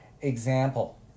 example